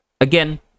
Again